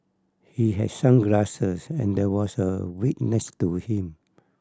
he had sunglasses and there was a wig next to him